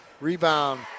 rebound